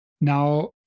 Now